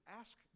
Ask